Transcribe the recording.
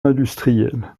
industriel